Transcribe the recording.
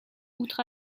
outre